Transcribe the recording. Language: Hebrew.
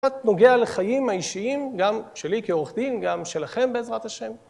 את נוגע לחיים האישיים, גם שלי כעורך דין, גם שלכם בעזרת השם.